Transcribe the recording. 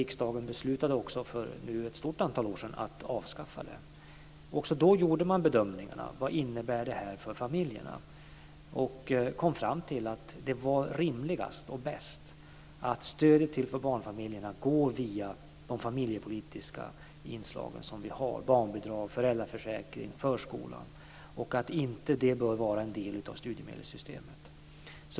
Riksdagen beslutade för ett stort antal år sedan att avskaffa dem. Också då gjorde man en bedömning och ställde frågan: Vad innebär detta för familjerna? Man kom fram till att det var rimligast och bäst att stödet till barnfamiljerna går via de familjepolitiska inslagen vi har: barnbidrag, föräldraförsäkring, förskolan, och att det inte bör vara en del studiemedelssystemet.